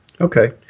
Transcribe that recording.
Okay